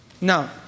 Now